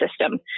system